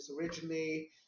originally